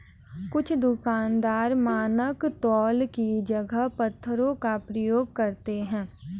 कुछ दुकानदार मानक तौल की जगह पत्थरों का प्रयोग करते हैं